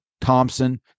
Thompson